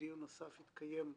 ודיון נוסף יתקיים השבוע,